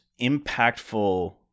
impactful